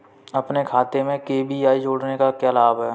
अपने खाते में के.वाई.सी जोड़ने का क्या लाभ है?